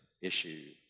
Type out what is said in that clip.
issue